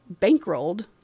bankrolled